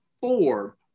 four